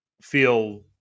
feel